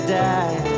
die